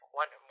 one